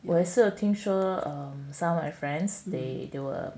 我也是听说 some of my friends they they were